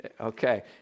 Okay